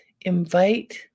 invite